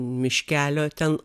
miškelio ten